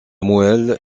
moelle